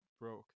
broke